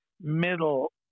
middle